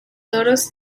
toros